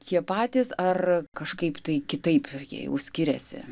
tie patys ar kažkaip tai kitaip jie jau skiriasi